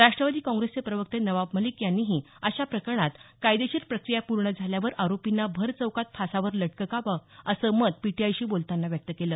राष्ट्रवादी काँग्रेसचे प्रवक्ते नवाब मलिक यांनीही अशा प्रकरणात कायदेशीर प्रक्रिया पूर्ण झाल्यावर आरोपींना भरचौकात फासावर लटकवावं असं मत पीटीआयशी बोलताना व्यक्त केलं